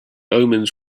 omens